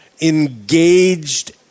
engaged